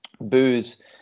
booze